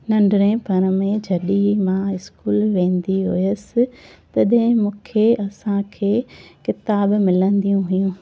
नंढिणेपण में जॾहिं मां स्कूल वेंदी हुयसि तॾहिं मूंखे असांखे किताब मिलंदियूं हुयूं